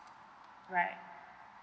right